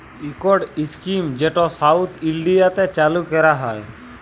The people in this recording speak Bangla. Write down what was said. ইকট ইস্কিম যেট সাউথ ইলডিয়াতে চালু ক্যরা হ্যয়